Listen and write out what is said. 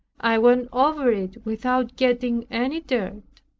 i went over it without getting any dirt.